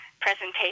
presentation